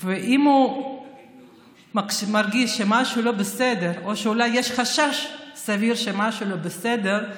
אם הוא מרגיש שמשהו לא בסדר או שאולי יש חשש סביר שמשהו לא בסדר,